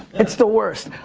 it's the worst.